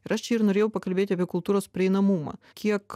ir aš čia ir norėjau pakalbėti apie kultūros prieinamumą kiek